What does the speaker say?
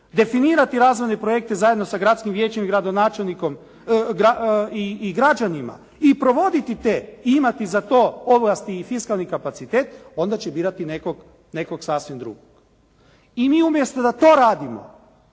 definirati razvojne projekte zajedno sa gradskim vijećem i gradonačelnikom i građanima i provoditi te i imati za to ovlasti i fiskalni kapacitet, onda će birati nekog sasvim drugog. I mi umjesto da to radimo